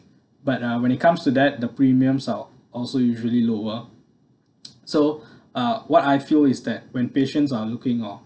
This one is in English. but uh when it comes to that the premiums are also usually lower so uh what I feel is that when patients are looking or